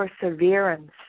perseverance